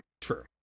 true